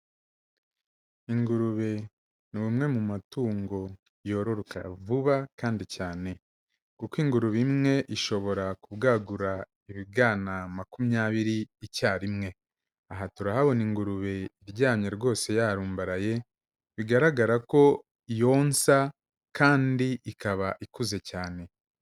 Ingurube ni imwe mu matungo yororoka vuba kandi cyane. Kuko ingurube imwe ishobora kubwagura ibibwana makumyabiri icyarimwe. Aha turahabona ingurube iryamye rwose yarumbaraye, bigaragara ko yonsa kandi ikaba ikuze cyane.